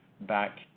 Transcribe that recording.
back